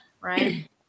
Right